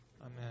Amen